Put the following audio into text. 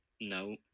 no